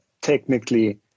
technically